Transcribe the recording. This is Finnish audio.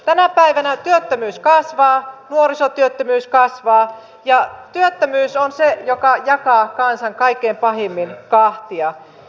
tänä päivänä työttömyys kasvaa nuorisotyöttömyys kasvaa ja työttömyys on se mikä jakaa kansan kaikkein pahimmin kahtia